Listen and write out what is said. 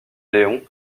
león